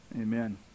Amen